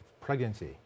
pregnancy